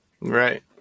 right